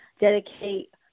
dedicate